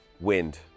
wind